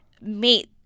made